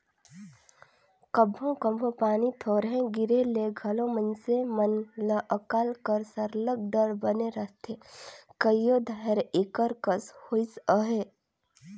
कभों कभों पानी थोरहें गिरे ले घलो मइनसे मन ल अकाल कर सरलग डर बने रहथे कइयो धाएर एकर कस होइस अहे